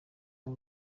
ubu